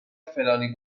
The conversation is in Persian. فلانی